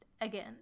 Again